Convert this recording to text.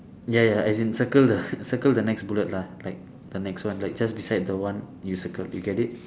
ya ya as in circle the circle the next bullet lah like the next one like just beside the one you circled you get it